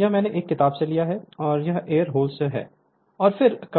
यह मैंने एक किताब से लिया है और यह एयर होल्स है